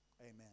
Amen